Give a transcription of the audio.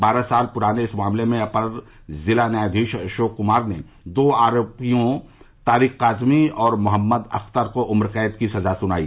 बारह साल पुराने इस मामले में अपर जिला न्यायाधीश अशोक कुमार ने दो आरोपियों तारिक काजमी और मोहम्मद अख्तर को उम्रकैद की सजा सुनाई